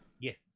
Yes